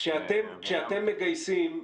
כשאתם מגייסים,